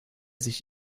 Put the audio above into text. sich